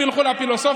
הם ילכו לפילוסופיה,